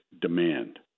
demand